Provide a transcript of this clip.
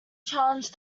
challenged